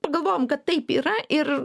pagalvojam kad taip yra ir